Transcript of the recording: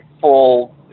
full